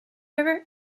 river